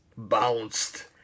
Bounced